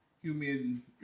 human